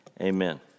Amen